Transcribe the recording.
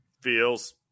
Feels